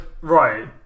right